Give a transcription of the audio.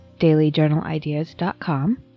dailyjournalideas.com